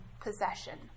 possession